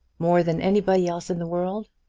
more than anybody else in the world?